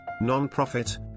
non-profit